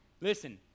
Listen